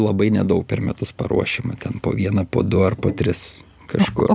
labai nedaug per metus paruošiama ten po vieną po du ar po tris kažkur